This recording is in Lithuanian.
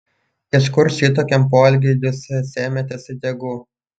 iš kur šitokiam poelgiui jūs semiatės jėgų